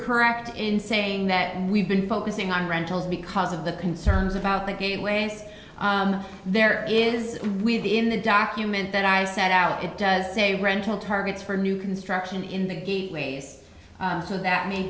correct in saying that we've been focusing on rentals because of the concerns about the gateways there is where the in the document that i sent out it does say rental targets for new construction in the gateways so that ma